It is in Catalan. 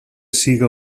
siga